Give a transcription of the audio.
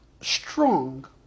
strong